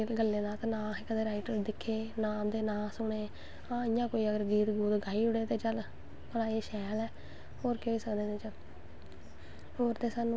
तरपाईयां जिस बंदे गी आईयां ते ओह्दे बाद आखदे पौंच्चे बनाओ पौंच्चे अच्चे बनने चाही दे पौच्चें जिसी आई ये फिर आस्ता आस्ता उसी जेह्ड़ी कटिंग सखादे ऐ